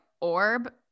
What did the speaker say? orb